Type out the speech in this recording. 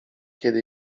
kiedy